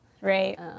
Right